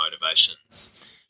motivations